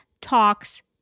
talks